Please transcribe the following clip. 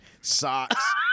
Socks